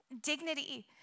dignity